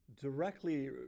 directly